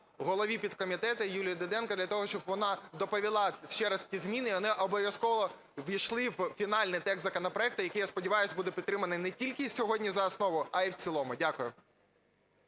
голові підкомітету Юлії Діденко для того, щоб вона доповіла ще раз ці зміни, вони обов'язково увійшли в фінальний текст законопроекту, який, я сподіваюсь, буде підтриманий не тільки сьогодні за основу, а і в цілому. Дякую.